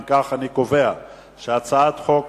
אם כך, אני קובע שהצעת חוק